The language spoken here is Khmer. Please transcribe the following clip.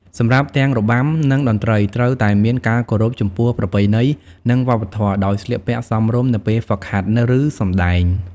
សម្រាប់ទាំងរបាំ និងតន្ត្រី ត្រូវតែមាន ការគោរពចំពោះប្រពៃណី និងវប្បធម៌ ដោយស្លៀកពាក់សមរម្យនៅពេលហ្វឹកហាត់ ឬសម្តែង។